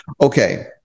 Okay